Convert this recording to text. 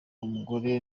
umugore